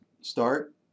start